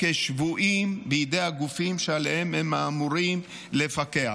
כשבויים בידי הגופים שעליהם הם אמורים לפקח.